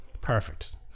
perfect